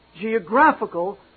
geographical